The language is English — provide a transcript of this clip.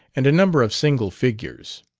and a number of single figures.